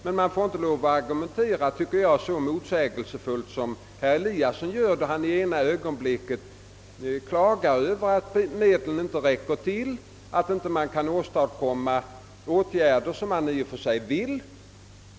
Man bör dock inte argumentera så mot sägelsefullt som herr Eliasson gör när han klagar över att medlen inte räcker till för åtgärder som kan anses önskvärda.